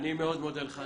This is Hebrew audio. אני מאוד מודה לך.